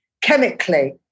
chemically